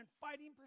fighting